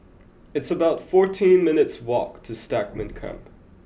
it's about fourteen minutes' walk to Stagmont Camp